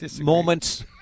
Moments